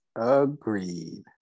Agreed